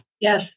Yes